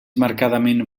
marcadament